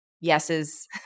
yeses